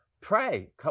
pray